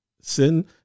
Sin